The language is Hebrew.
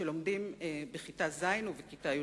שלומדים בכיתה ז' ובכיתה י"ב.